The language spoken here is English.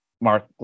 Mark